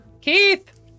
Keith